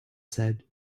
said